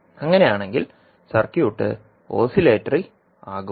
അങ്ങനെയാണെങ്കിൽ circuit oscillatory ആകും